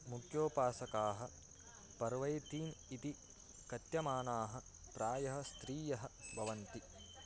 मुख्योपासकाः पर्वैतीन् इति कथ्यमानाः प्रायः स्त्रियः भवन्ति